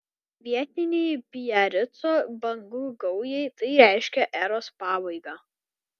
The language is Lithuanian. vietinei biarico bangų gaujai tai reiškė eros pabaigą